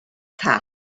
call